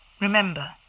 Remember